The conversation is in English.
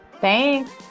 Thanks